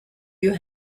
you